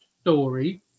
story